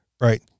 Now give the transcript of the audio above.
right